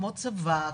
כמו צבא,